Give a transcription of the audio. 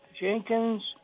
Jenkins